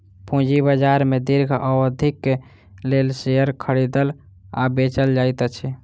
पूंजी बाजार में दीर्घ अवधिक लेल शेयर खरीदल आ बेचल जाइत अछि